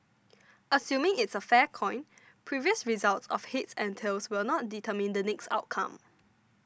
assuming it's a fair coin previous results of heads and tails will not determine the next outcome